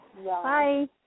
-bye